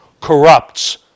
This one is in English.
corrupts